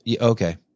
okay